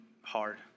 hard